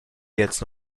jetzt